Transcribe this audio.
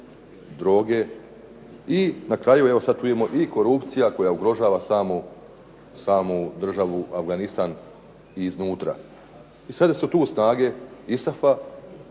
droge. I na kraju ovdje sada čujemo i korupcije koja ugrožava samu državu Afganistan iznutra. I sada su tu snage ISAF-a